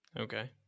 Okay